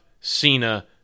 Cena